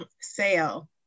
sale